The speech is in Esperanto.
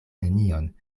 nenion